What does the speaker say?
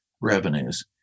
revenues